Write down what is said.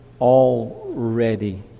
already